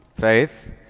Faith